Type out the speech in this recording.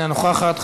אינה נוכחת.